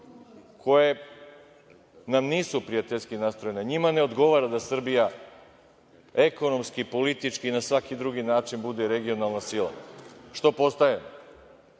koje nam nisu prijateljski nastrojene, njima ne odgovara da Srbija ekonomski, politički i na svaki drugi način bude regionalna sila, što postaje.